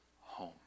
home